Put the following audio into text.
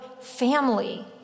family